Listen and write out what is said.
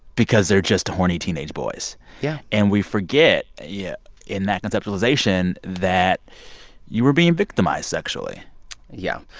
because they're just horny teenage boys yeah and we forget, yeah in that conceptualization, that you were being victimized sexually yeah,